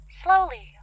slowly